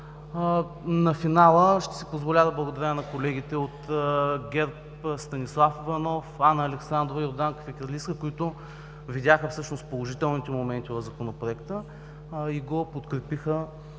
На финала ще си позволя да благодаря на колегите от ГЕРБ – Станислав Иванов, Анна Александрова и Йорданка Фикирлийска, които видяха положителните моменти в Законопроекта и го подкрепиха,